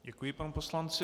Děkuji panu poslanci.